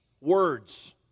words